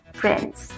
friends